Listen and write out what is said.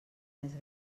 més